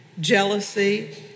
jealousy